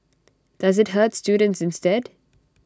does IT hurt students instead